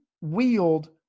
wield